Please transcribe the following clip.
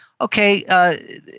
okay